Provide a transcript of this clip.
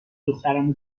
دخترمو